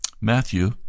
matthew